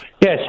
Yes